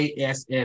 ass